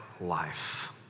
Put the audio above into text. life